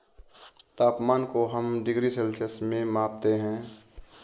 तापमान को हम डिग्री सेल्सियस में मापते है